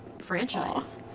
franchise